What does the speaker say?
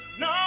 No